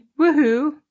Woohoo